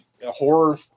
horror